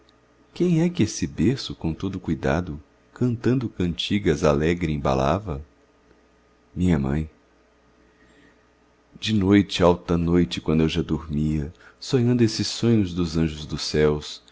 quem é que esse berço com todo o cuidado cantando cantigas alegre embalava minha mãe de noite alta noite quando eu já dormia sonhando esses sonhos dos anjos dos céus